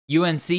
UNC